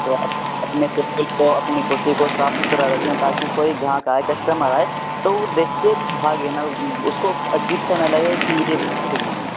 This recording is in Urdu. تو آپ اپنے ٹیبل کو اپنی کرسی کو صاف ستھرا رکھیں تاکہ کوئی گاہک آئے کسٹمر آئے تو وہ دیکھ کے بھاگے نا اس کو عجیب سا نہ لگے کہ یہ ٹھیک نہیں ہے